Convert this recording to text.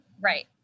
Right